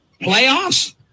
Playoffs